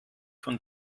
von